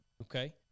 Okay